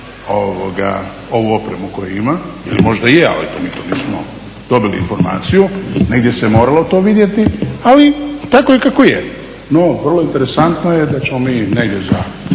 ovu opremu koju ima ili možda i je, ali mi to nikad nismo dobili informaciju. Negdje se moralo to vidjeti, ali tako je kako je. No, vrlo interesantno je da ćemo mi negdje za